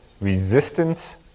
resistance